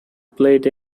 played